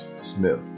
Smith